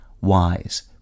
wise